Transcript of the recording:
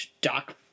Doc